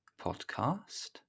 podcast